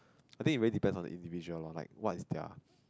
I think it very depends on the individual lah like what's their